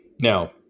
Now